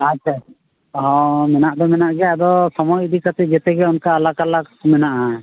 ᱟᱪᱪᱷᱟ ᱦᱮᱸ ᱢᱮᱱᱟᱜ ᱫᱚ ᱢᱮᱱᱟᱜ ᱜᱮᱭᱟ ᱟᱫᱚ ᱥᱚᱢᱚᱭ ᱤᱫᱤ ᱠᱟᱛᱮᱫ ᱡᱮᱛᱮ ᱜᱮ ᱚᱱᱠᱟ ᱟᱞᱟᱜᱽ ᱟᱞᱟᱜᱽ ᱢᱮᱱᱟᱜᱼᱟ